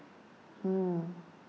mm